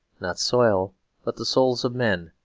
not soil but the souls of men,